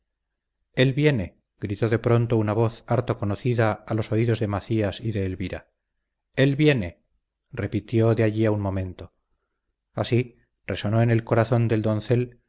él viene gritó de pronto una voz harto conocida a los oídos de macías y de elvira él viene repitió de allí a un momento así resonó en el corazón del doncel